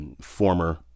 former